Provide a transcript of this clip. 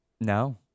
No